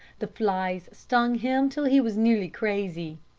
the flies stung him till he was nearly crazy.